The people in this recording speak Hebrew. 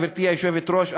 גברתי היושבת-ראש,